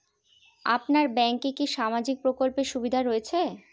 আপনার ব্যাংকে কি সামাজিক প্রকল্পের সুবিধা রয়েছে?